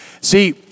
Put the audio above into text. See